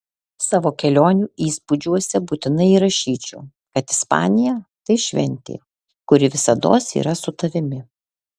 savo kelionių įspūdžiuose būtinai įrašyčiau kad ispanija tai šventė kuri visados yra su tavimi